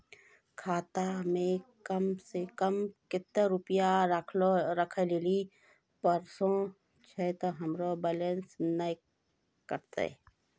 खाता मे कम सें कम कत्ते रुपैया राखै लेली परतै, छै सें हमरो बैलेंस नैन कतो?